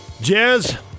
Jazz